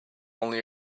only